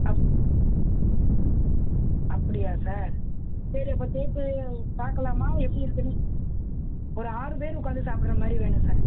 அப் அப்படியா சார் சரி அப்போ தேக்கு பார்க்கலாமா எப்படி இருக்குதுன்னு ஒரு ஆறு பேர் உட்காந்து சாப்பிட்ற மாதிரி வேணும் சார்